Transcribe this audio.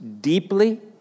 deeply